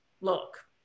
look